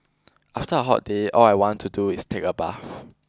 after a hot day all I want to do is take a bath